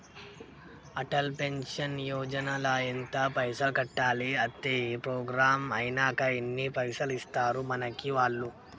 Atal pension Yojana ల ఎంత పైసల్ కట్టాలి? అత్తే ప్రోగ్రాం ఐనాక ఎన్ని పైసల్ ఇస్తరు మనకి వాళ్లు?